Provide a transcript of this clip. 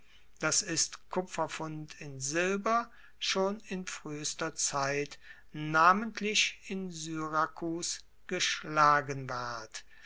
das ist kupferpfund in silber schon in fruehester zeit namentlich in syrakus geschlagen ward